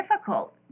difficult